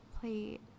play